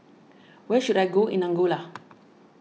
where should I go in Angola